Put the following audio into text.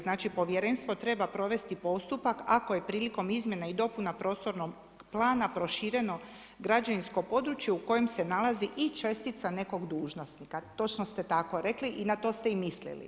Znači povjerenstvo treba provesti postupak ako je prilikom izmjena i dopuna prostornog plana prošireno građevinsko područje u kojem se nalazi i čestica nekog dužnosnika, točno ste tako rekli i na to ste i mislili.